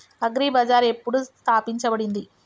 Agri bazaar ఎప్పుడు స్థాపించబడింది?